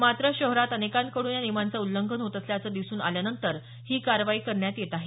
मात्र शहरात अनेकांकडून या नियमांचे उल्लंघन होत असल्याचं दिसून आल्यानंतर ही कारवाई करण्यात येत आहे